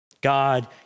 God